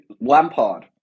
Lampard